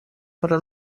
però